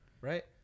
right